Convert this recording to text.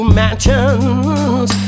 mansions